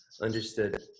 Understood